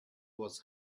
was